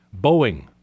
Boeing